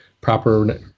proper